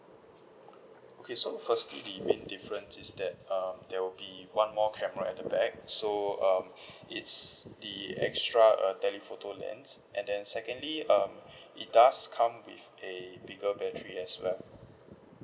okay so firstly the main difference is that uh there will be one more camera at the back so um it's the extra uh tele photo lens and then secondly um it does come with a bigger battery as well